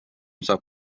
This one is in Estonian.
saab